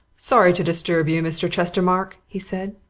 sorry to disturb you, mr. chestermarke, he said.